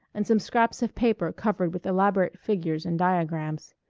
and some scraps of paper covered with elaborate figures and diagrams.